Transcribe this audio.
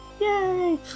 Yay